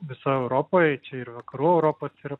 visoj europoj čia ir vakarų europos ir